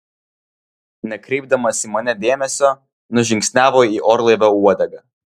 nekreipdamas į mane dėmesio nužingsniavo į orlaivio uodegą